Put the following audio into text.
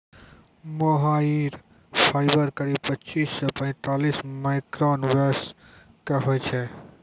मोहायिर fibre करीब पच्चीस सॅ पैतालिस माइक्रोन व्यास के होय छै